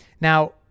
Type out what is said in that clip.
Now